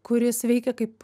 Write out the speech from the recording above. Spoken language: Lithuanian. kuris veikia kaip